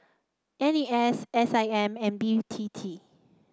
N A S S I M and B T T